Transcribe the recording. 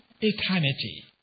eternity